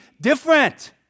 different